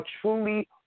truly